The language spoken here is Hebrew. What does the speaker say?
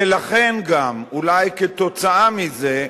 ולכן גם, אולי כתוצאה מזה,